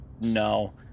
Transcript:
No